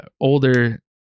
older